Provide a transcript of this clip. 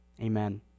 amen